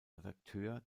redakteur